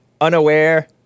unaware